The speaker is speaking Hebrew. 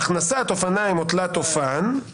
הכנסת אופניים או תלת אופן בהתראה.